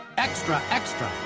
extra extra.